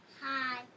Hi